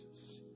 Jesus